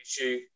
issue